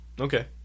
Okay